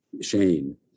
Shane